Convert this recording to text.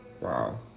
wow